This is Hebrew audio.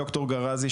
בתור ערבי מוסלמי,